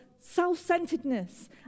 self-centeredness